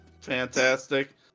Fantastic